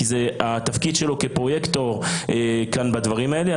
כי זה התפקיד שלו כפרויקטור כאן בדברים האלה.